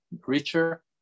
richer